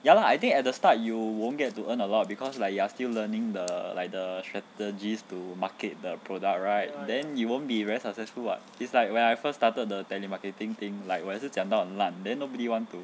ya lah I think at the start you won't get to earn a lot because like you are still learning the like the strategies to market the product right then you won't be very successful [what] it's like when I first started the tele~ telemarketing thing like 我也是讲到烂 then nobody want to